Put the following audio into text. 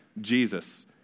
Jesus